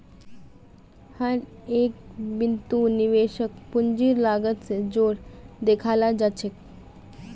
हर एक बितु निवेशकक पूंजीर लागत स जोर देखाला जा छेक